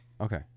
Okay